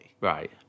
Right